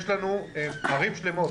יש לנו ערים שלמות,